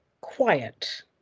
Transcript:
quiet